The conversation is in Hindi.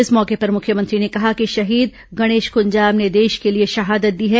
इस मौके पर मुख्यमंत्री ने कहा कि शहीद गणेश कुंजाम ने देश के लिए शहादत दी है